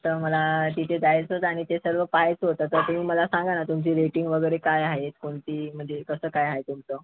तर मला तिथे जायचं होतं आणि ते सर्व पाहायचं होतं तर तुम्ही मला सांगा ना तुमची रेटिंग वगैरे काय आहे कोणती म्हणजे कसं काय आहे तुमचं